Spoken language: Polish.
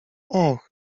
och